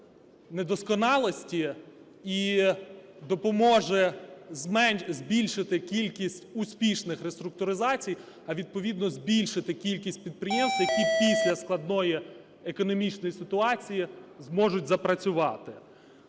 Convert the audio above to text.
недосконалості і допоможе збільшити кількість успішних реструктуризацій, а відповідно – збільшити кількість підприємств, які після складної економічної ситуації зможуть запрацювати.